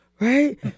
Right